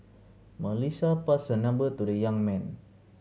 Melissa passed her number to the young man